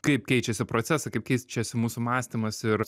kaip keičiasi procesai kaip keičiasi mūsų mąstymas ir